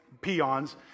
peons